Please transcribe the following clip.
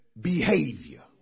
behavior